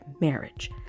marriage